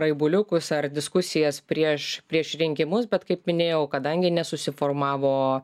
raibuliukus ar diskusijas prieš prieš rinkimus bet kaip minėjau kadangi nesusiformavo